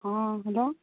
ہاں ہلو